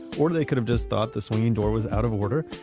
or they could've just thought the swinging door was out of order,